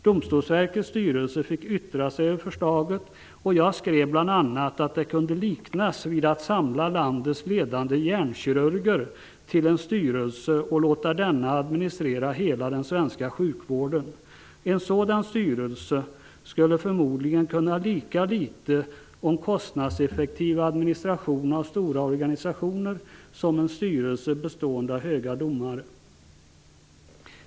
Domstolsverkets styrelse fick yttra sig över förslaget, och jag skrev bl.a. att det kunde liknas vid att samla landets ledande hjärnkirurger till en styrelse och låta denna administrera hela den svenska sjukvården. En sådan styrelse skulle förmodligen kunna lika litet om kostnadseffektiv administration av stora organisationer som en styrelse bestående av höga domare.